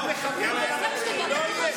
למחבלים ולרוצחים.